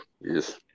yes